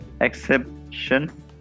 exception